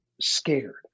scared